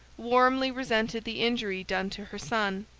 warmly resented the injury done to her son.